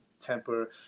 temper